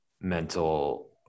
mental